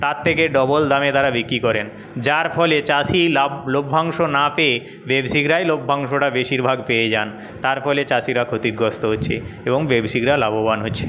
তার থেকে ডবল দামে তারা বিক্রি করেন যার ফলে চাষি লাভ লভ্যাংশ না পেয়ে ব্যবসায়িকরাই লভ্যাংশটা বেশিরভাগ পেয়ে যান তার ফলে চাষিরা ক্ষতিগ্রস্থ হচ্ছে এবং ব্যবসায়িকরা লাভবান হচ্ছে